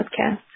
podcast